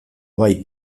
bai